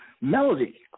melody